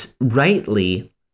rightly